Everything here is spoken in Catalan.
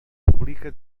publica